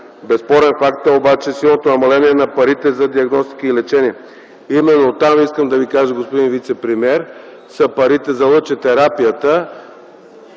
Безспорен факт обаче е силното намаление на парите за диагностика и лечение. Именно там, господин вицепремиер, са парите за лъчетерапията